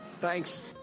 Thanks